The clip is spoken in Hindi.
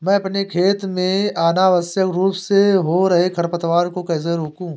मैं अपने खेत में अनावश्यक रूप से हो रहे खरपतवार को कैसे रोकूं?